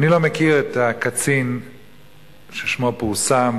אני לא מכיר את הקצין ששמו פורסם,